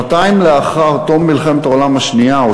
שנתיים לאחר תום מלחמת העולם השנייה,